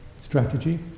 strategy